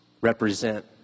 represent